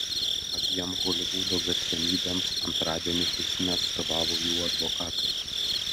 abiem holivudo garsenybėms antradienį teisme atstovavo jų advokatai